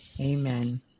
Amen